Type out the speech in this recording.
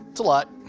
it's a lot.